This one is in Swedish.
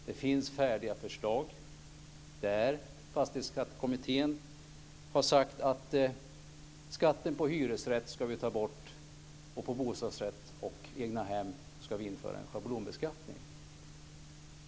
Det finns färdiga förslag från Fastighetsskattekommittén om att skatten på hyresrätter ska tas bort och att det för bostadsrätter och egnahem ska införas en schablonbeskattning.